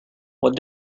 what